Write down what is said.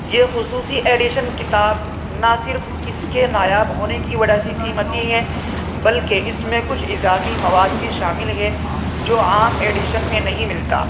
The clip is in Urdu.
یہ خصوصی ایڈیشن کتاب نہ صرف اس کے نایاب ہونے کی وجہ سے قیمتی ہے بلکہ اس میں کچھ اضافی مواد بھی شامل ہے جو عام ایڈیشن میں نہیں ملتا